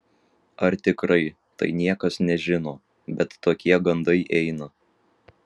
ar tikrai tai niekas nežino bet tokie gandai eina